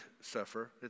suffer